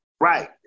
Right